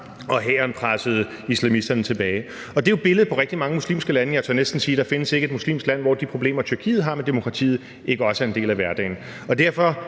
og hæren pressede islamisterne tilbage. Det er jo et billede på rigtig mange muslimske lande, og jeg tør næsten sige, at der ikke findes et muslimsk land, hvor de problemer, Tyrkiet har med demokratiet, ikke også er en del af hverdagen,